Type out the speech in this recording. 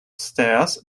stairs